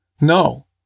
no